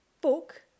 book